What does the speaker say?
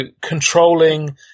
controlling